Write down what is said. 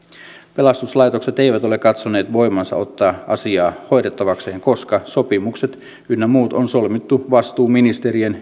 pelastuslaitokset eivät ole katsoneet voivansa ottaa asiaa hoidettavakseen koska sopimukset ynnä muut on solmittu vastuuministerien